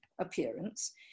appearance